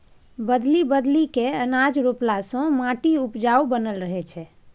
बदलि बदलि कय अनाज रोपला से माटि उपजाऊ बनल रहै छै